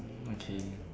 mm okay